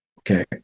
Okay